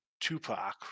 Tupac